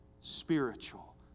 spiritual